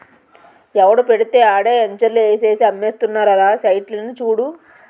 ఎవడు పెడితే ఆడే ఎంచర్లు ఏసేసి అమ్మేస్తున్నారురా సైట్లని చూడు